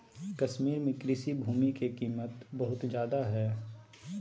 कश्मीर में कृषि भूमि के कीमत बहुत ज्यादा हइ